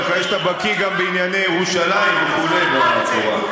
אני מקווה שאתה בקי גם בענייני ירושלים וכו' בתורה.